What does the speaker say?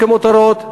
כמותרות.